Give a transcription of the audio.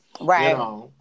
Right